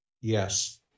Yes